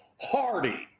Hardy